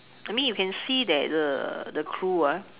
I mean you can see that the the crew ah